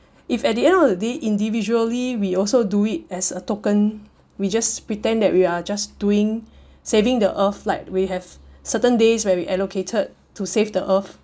if at the end of the day individually we also do it as a token we just pretend that we are just doing saving the earth like we have certain days where we allocated to save the earth